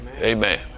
Amen